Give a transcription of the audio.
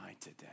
today